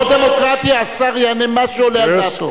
פה דמוקרטיה, השר יענה מה שעולה על דעתו.